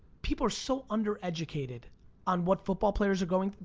people are so undereducated on what football players are going,